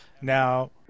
Now